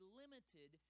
limited